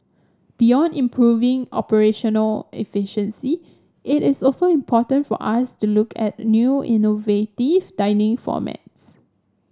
beyond improving operational efficiency it is also important for us to look at new innovative dining formats